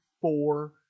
four